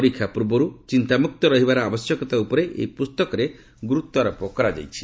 ପରୀକ୍ଷା ପୂର୍ବରୁ ଚିନ୍ତାମୁକ୍ତ ରହିବାର ଆବଶ୍ୟକତା ଉପରେ ଏହି ପୁସ୍ତକରେ ଗୁରୁତ୍ୱାରୋପ କରାଯାଇଛି